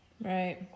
Right